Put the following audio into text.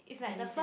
decision